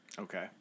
Okay